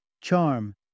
charm